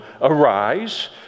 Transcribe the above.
arise